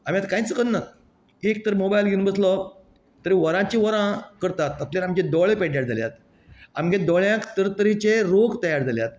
आमी आता कांयच करनात एक तर मोबायल घेवन बसलो तर वरांची वरां करतात तातूंन आमचे दोळे पिड्ड्यार जाल्यात आमगे दोळ्यांक तरतरचे रोग तयार जाल्यात